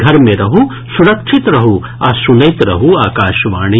घर मे रहू सुरक्षित रहू आ सुनैत रहू आकाशवाणी